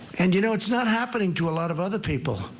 and you know it's not happening to a lot of other people.